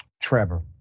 Trevor